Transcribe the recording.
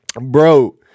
bro